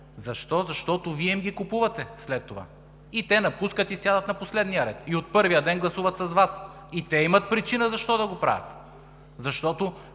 Защо? Защото Вие им ги купувате след това. Те напускат и сядат на последния ред. И от първия ден гласуват с Вас. И те имат причина защо да го правят. Защото